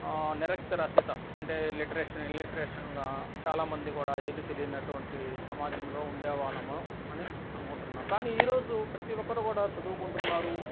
నిరక్షరాస్యత అంటే లిటరసి ఇలిటరసీగా చాలా మంది కూడా ఏది తెలియనటువంటి సమాజంలో ఉండే వాళ్ళము అని అనుకుంటున్నాను కానీ ఈరోజు ప్రతీ ఒక్కరు కూడా చదువుకుంటున్నారు